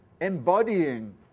embodying